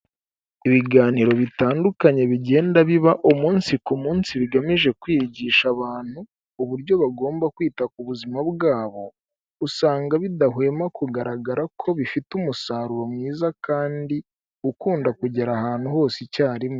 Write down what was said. Ibiganiro bitandukanye bigenda biba umunsi ku munsi bigamije kwigisha abantu uburyo bagomba kwita ku buzima bwabo usanga bidahwema kugaragara ko bifite umusaruro mwiza kandi ukunda kugera ahantu hose icyarimwe.